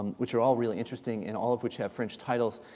and which are all really interesting and all of which have french titles.